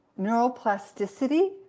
neuroplasticity